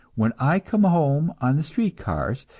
when i come home on the street-cars,